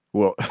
well,